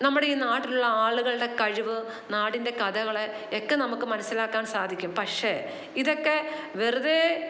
നമ്മുടെ ഈ നാട്ടിലുള്ള ആളുകളുടെ കഴിവ് നാടിന്റെ കഥകളെ ഒക്കെ നമുക്ക് മനസിലാക്കാൻ സാധിക്കും പക്ഷേ ഇതൊക്കെ വെറുതെ